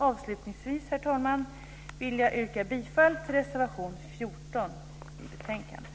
Avslutningsvis, herr talman, yrkar jag bifall till reservation 14 i betänkandet.